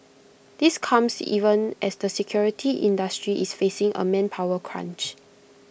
this comes even as the security industry is facing A manpower crunch